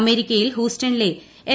അമേരിക്കയിൽ ഹൂസ്റ്റണിലെ എൻ